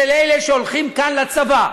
של אלה שהולכים כאן לצבא,